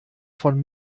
von